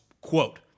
quote